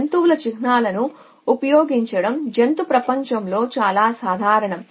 జంతువుల చిహ్నాలను ఉపయోగించడం జంతు ప్రపంచంలో చాలా సాధారణం